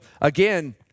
again